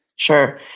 Sure